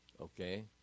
okay